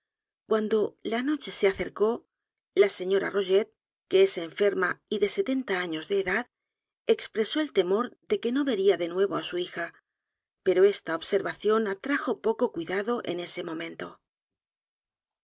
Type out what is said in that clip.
cuando la noche se acercó la señora rogét que es enferma y de setenta años de edad expresó el temor de que no vería de nuevo á su hija pero esta observación atrajo poco cuidado en ese momento